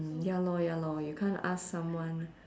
mm ya lor ya lor you can't ask someone